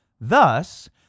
Thus